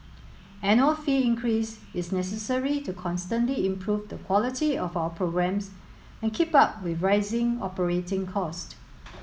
annual fee increase is necessary to constantly improve the quality of our programmes and keep up with rising operating cost